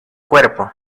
cuerpo